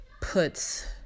puts